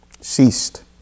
Ceased